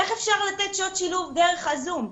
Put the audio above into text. איך אפשר לתת שעות שילוב דרך הזום?